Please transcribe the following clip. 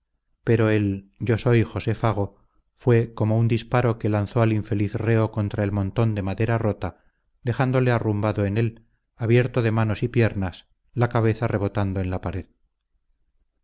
pero el yo soy josé fago fue como un disparo que lanzó al infeliz reo contra el montón de madera rota dejándole arrumbado en él abierto de manos y piernas la cabeza rebotando en la pared